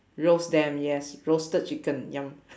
roast them yes roasted chicken yum